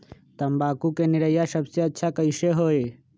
तम्बाकू के निरैया सबसे अच्छा कई से होई?